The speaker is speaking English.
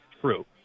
true